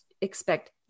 expect